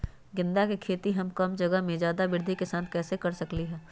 गेंदा के खेती हम कम जगह में ज्यादा वृद्धि के साथ कैसे कर सकली ह?